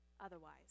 otherwise